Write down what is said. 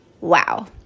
Wow